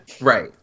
Right